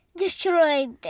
destroyed